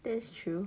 that's true